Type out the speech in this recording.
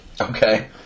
Okay